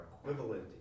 equivalent